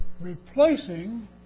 replacing